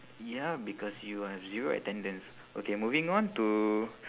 ya because you have zero attendance okay moving on to